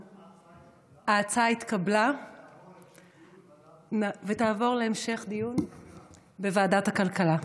ההצעה התקבלה ותעבור להמשך דיון בוועדת הכלכלה.